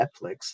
Netflix